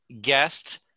guest